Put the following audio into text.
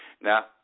Now